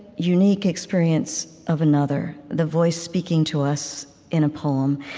unique experience of another, the voice speaking to us in a poem.